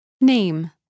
Name